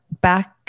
back